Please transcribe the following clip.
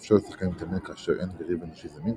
המאפשר לשחקנים להתאמן כאשר אין יריב אנושי זמין,